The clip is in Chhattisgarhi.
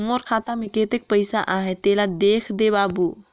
मोर खाता मे कतेक पइसा आहाय तेला देख दे बाबु?